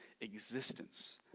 existence